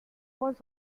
was